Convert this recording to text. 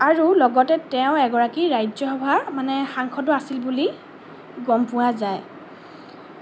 আৰু লগতে তেওঁ এগৰাকী ৰাজ্যসভাৰ মানে সাংসদো আছিল বুলি গম পোৱা যায়